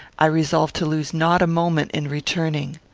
i resolved to lose not a moment in returning.